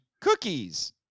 cookies